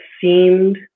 seemed